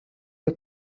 you